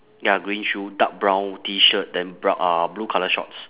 ya green shoe dark brown T shirt then br~ uh blue colour shorts